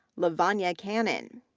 lavanya kannan,